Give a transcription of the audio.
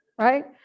right